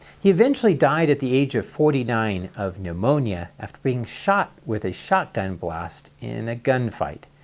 he eventually died at the age of forty nine of pneumonia, after being shot with a shotgun blast in a gun fight,